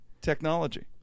Technology